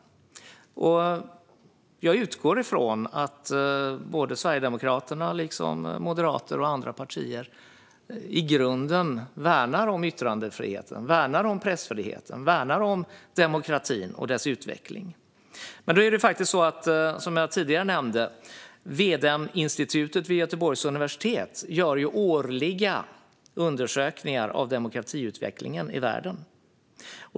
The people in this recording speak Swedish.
Jag utgår från att Sverigedemokraterna liksom Moderaterna och andra partier i grunden värnar om yttrandefriheten, pressfriheten och demokratin och dess utveckling. Som jag tidigare nämnde gör V-Dem-institutet vid Göteborgs universitet årliga undersökningar av demokratiutvecklingen i världen.